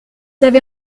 avez